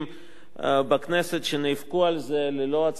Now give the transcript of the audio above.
בכנסת שנאבקו על זה, ללא הצלחה,